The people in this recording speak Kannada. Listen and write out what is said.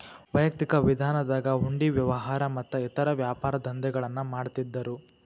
ವೈಯಕ್ತಿಕ ವಿಧಾನದಾಗ ಹುಂಡಿ ವ್ಯವಹಾರ ಮತ್ತ ಇತರೇ ವ್ಯಾಪಾರದಂಧೆಗಳನ್ನ ಮಾಡ್ತಿದ್ದರು